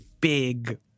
big